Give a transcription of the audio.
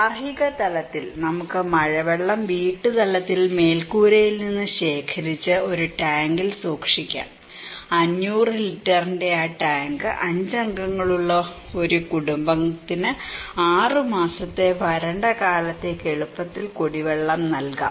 ഗാർഹിക തലത്തിൽ നമുക്ക് മഴവെള്ളം വീട്ടുതലത്തിൽ മേൽക്കൂരയിൽ നിന്നും ശേഖരിച്ച് ഒരു ടാങ്കിൽ സൂക്ഷിക്കാം 5000 ലിറ്ററിന്റെ ആ ടാങ്ക് 5 അംഗങ്ങളുള്ള ഒരു കുടുംബത്തിന് 6 മാസത്തെ വരണ്ട കാലത്തേക്ക് എളുപ്പത്തിൽ കുടിവെള്ളം നൽകാം